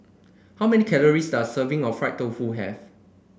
how many calories does a serving of Fried Tofu have